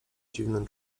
dziwnym